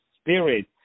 spirit